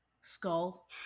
skull